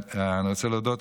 אני רוצה להודות,